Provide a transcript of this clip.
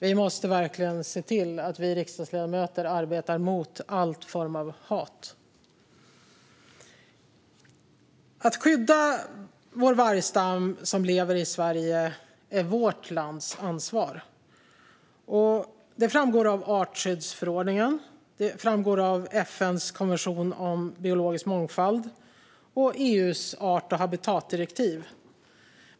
Vi riksdagsledamöter måste verkligen se till att arbeta mot all form av hat. Att skydda den vargstam som lever i Sverige är vårt lands ansvar. Det framgår av artskyddsförordningen, FN:s konvention om biologisk mångfald och EU:s art och habitatdirektiv.